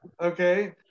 okay